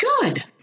good